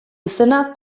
izena